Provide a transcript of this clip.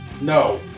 no